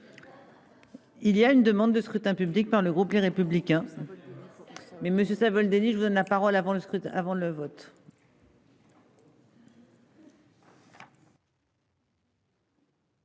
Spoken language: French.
Il y a une demande de scrutin public par le groupe les républicains. Mais monsieur ça Denis. Je vous donne la parole avant le